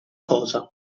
cosa